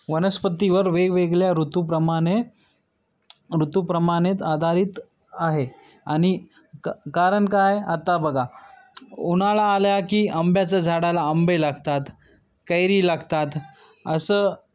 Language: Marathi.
वनस्पतीवर वेगवेगळ्या ऋतूप्रमाणे ऋतूप्रमाणेच आधारित आहे आणि क कारण काय आहे आता बघा उन्हाळा आल्या की आंब्याच्या झाडाला आंबे लागतात कैरी लागतात असं